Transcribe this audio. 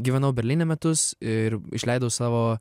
gyvenau berlyne metus ir išleidau savo